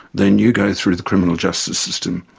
then you go through the criminal justice system.